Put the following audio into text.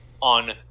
on